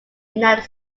united